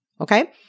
Okay